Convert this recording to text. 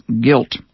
guilt